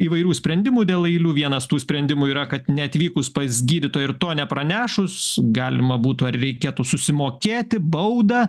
įvairių sprendimų dėl eilių vienas tų sprendimų yra kad neatvykus pas gydytoją ir to nepranešus galima būtų ar reikėtų susimokėti baudą